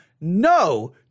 no